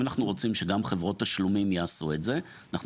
אם אנחנו רוצים שגם חברות תשלומים יעשו את זה אנחנו